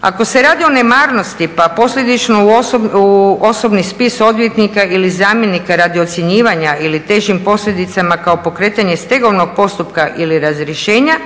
Ako se radi o nemarnosti pa posljedično u osobni spis odvjetnika ili zamjenika radi ocjenjivanja ili težim posljedicama kao pokretanje stegovnog postupka ili razrješenja,